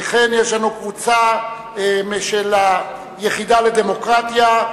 וכן יש לנו קבוצה של היחידה לדמוקרטיה,